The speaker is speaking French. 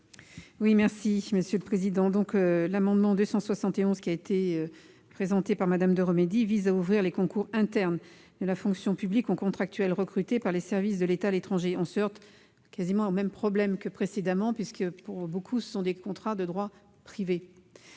Quel est l'avis de la commission ? L'amendement n° 271 rectifié , présenté par Mme Jacky Deromedi, vise à ouvrir les concours internes de la fonction publique aux contractuels recrutés par les services de l'État à l'étranger. On se heurte au même problème que précédemment, puisque, pour beaucoup, ce sont des contrats de droit privé.